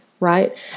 right